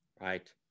right